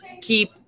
keep